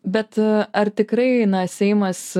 bet ar tikrai na seimas